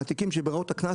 ברגע שתשימי את התמונה,